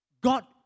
God